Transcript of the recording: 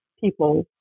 people